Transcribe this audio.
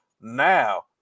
Now